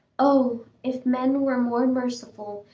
oh! if men were more merciful,